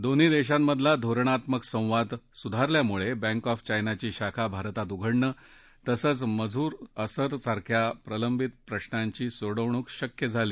दोन्ही देशांमधला धोरणात्मक संवाद सुधारल्यामुळे बँक ऑफ चायनाची शाखा भारतात उघडणं तसंच मसूद अजहरसारख्या प्रलंबित प्रशांची सोडवणूक शक्य झाली